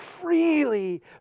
freely